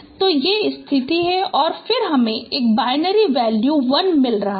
तो ये स्थिति है और फिर हमें एक बाइनरी वैल्यू 1 मिल रहा है